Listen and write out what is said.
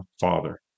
Father